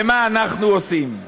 ומה אנחנו עושים.